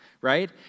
right